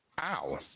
Ow